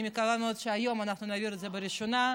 אני מקווה מאוד שהיום אנחנו נעביר את זה בראשונה.